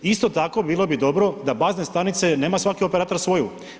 Isto tako bilo bi dobro da bazne stanice nema svaki operater svoju.